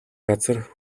газар